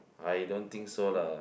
I don't think so lah